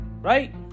right